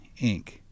Inc